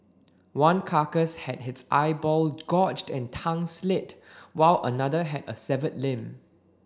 one carcass had its eyeball gorged and tongue slit while another had a severed limb